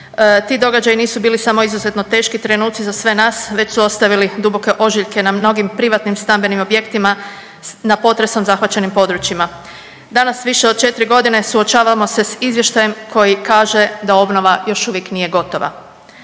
Ti događaji nisu bili samo izuzetno teški trenuci za sve nas već su ostavili duboke ožiljke na mnogim privatnim stambenim objektima na potresom zahvaćenim područjima. Danas više od 4.g. suočavamo se s izvještajem koji kaže da obnova još uvijek nije gotova.